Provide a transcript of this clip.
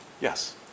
yes